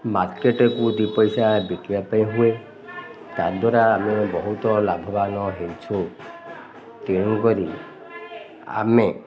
ମାର୍କେଟ୍କୁ ଦୁଇ ପଇସା ବିକିବା ପାଇଁ ହୁଏ ତା ଦ୍ୱାରା ଆମେ ବହୁତ ଲାଭବାନ ହେଇଛୁ ତେଣୁକରି ଆମେ